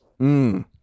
Mmm